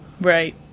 Right